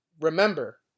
Remember